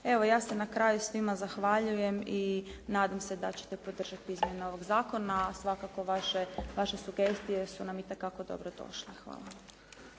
Evo ja se na kraju svima zahvaljujem i nadam se da ćete podržati izmjene ovoga zakona, a svakako vaše sugestije su nam itekako dobro došle. Hvala.